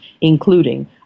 including